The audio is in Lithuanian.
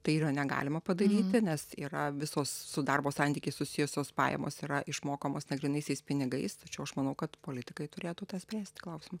tai yra negalima padaryti nes yra visos su darbo santykiais susijusios pajamos yra išmokamos negrynaisiais pinigais tačiau aš manau kad politikai turėtų tą spręsti klausim